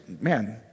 man